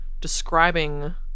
describing